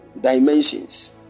dimensions